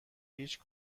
هیچ